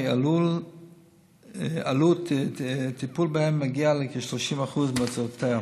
הרי עלות הטיפול בהם מגיעה ל-30% מהוצאותיה.